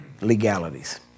Legalities